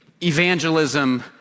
evangelism